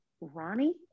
Ronnie